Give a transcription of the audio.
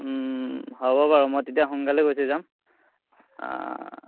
হ'ব বাৰু মই তেতিয়া সোনকালে গুচি যাম